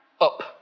up